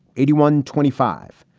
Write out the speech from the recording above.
eighty one. twenty five.